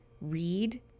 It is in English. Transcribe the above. read